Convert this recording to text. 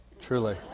truly